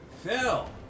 Phil